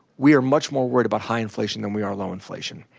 we are much more worried about high inflation than we are low inflation.